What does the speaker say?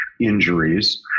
injuries